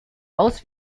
aus